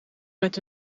met